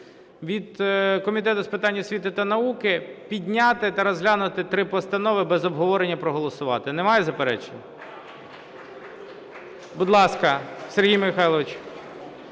від Комітету з питань освіти та науки підняти та розглянути 3 постанови, без обговорення проголосувати. Немає заперечень? Будь ласка, Сергій Михайлович.